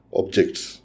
objects